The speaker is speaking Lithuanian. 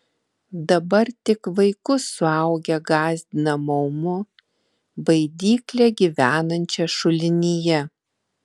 dabar tik vaikus suaugę gąsdina maumu baidykle gyvenančia šulinyje